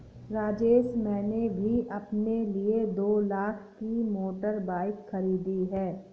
राजेश मैंने भी अपने लिए दो लाख की मोटर बाइक खरीदी है